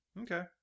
Okay